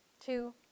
Two